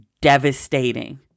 devastating